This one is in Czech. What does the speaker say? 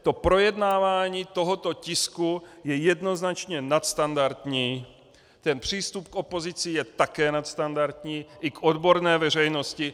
To projednávání tohoto tisku je jednoznačně nadstandardní, přístup k opozici je také nadstandardní, i k odborné veřejnosti.